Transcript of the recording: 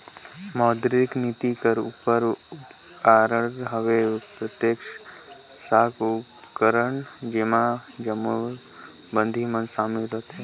मौद्रिक नीति कर दूसर उपकरन हवे प्रत्यक्छ साख उपकरन जेम्हां जम्मो बिधि मन सामिल रहथें